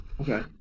okay